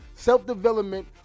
Self-development